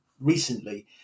recently